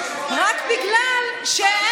זה שקר.